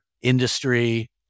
industry